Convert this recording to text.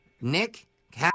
Nick